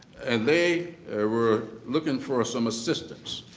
and they were looking for some assistance